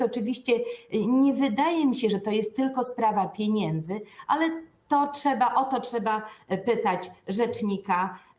Oczywiście nie wydaje mi się, że to jest tylko sprawa pieniędzy, ale o to trzeba pytać rzecznika.